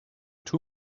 two